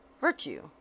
virtue